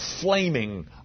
flaming